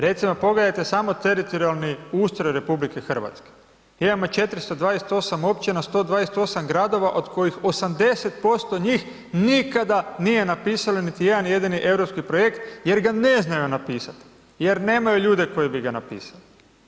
Recimo pogledajte samo teritorijalni ustroj RH, imamo 428 općina, 128 gradova od kojih 80% njih nikada nije napisalo niti jedan jedini europski projekt jer ga ne znaju napisati, jer nemaju ljude koji bi ga napisali.